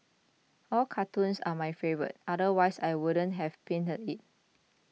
all cartoons are my favourite otherwise I wouldn't have penned it